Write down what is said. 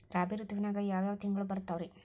ರಾಬಿ ಋತುವಿನಾಗ ಯಾವ್ ಯಾವ್ ತಿಂಗಳು ಬರ್ತಾವ್ ರೇ?